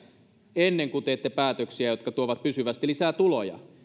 ennen kuin teette päätöksiä jotka tuovat pysyvästi lisää tuloja